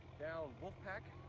down wolf pack,